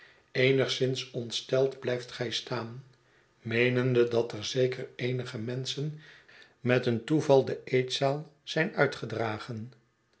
eenigszins ontsteld blij ft gij staan meenende dat er zeker eenige menschen met een toeval de eetzaal zijn uitgedragen